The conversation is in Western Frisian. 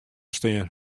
stean